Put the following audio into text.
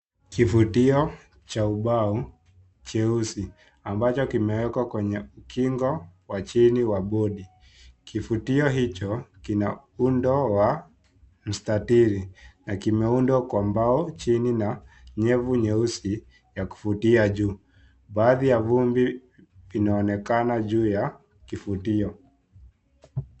Kifutio cha ubao cheusi ambacho kimewekwa kwenye ukingo wa chini wa bodi. Kifutio hicho kina umbo wa mstatili, na kimeundwa kwa mbao chini na nyevu nyeusi ya kufutia juu. Baadhi ya vumbi inaonekana juu ya kifutio.